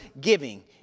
giving